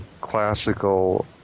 classical